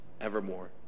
evermore